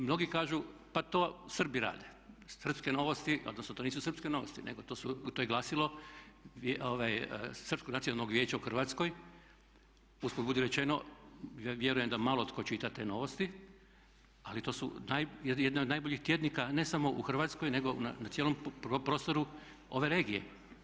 Mnogi kažu pa to Srbi rade, srpske "Novosti", odnosno to nisu srpske "Novosti" nego to je glasilo Srpskog nacionalnog vijeća u Hrvatskoj, usput budi rečeno ja vjerujem da malo tko čita te novosti ali to su jedne od najboljih tjednika ne samo u Hrvatskoj nego na cijelom prostoru ove regije.